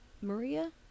Maria